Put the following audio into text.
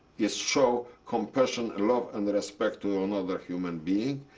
is show compassion and love and respect to another human being.